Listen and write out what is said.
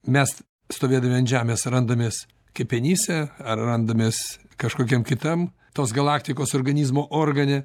mes stovėdami ant žemės randamės kepenyse ar randamės kažkokiam kitam tos galaktikos organizmo organe